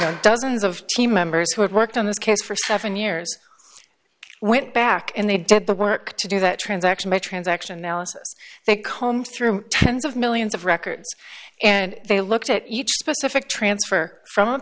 know dozens of team members who had worked on this case for seven years went back and they did the work to do that transaction by transaction they combed through tens of millions of records and they looked at each specific transfer from